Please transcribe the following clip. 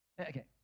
Okay